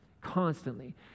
constantly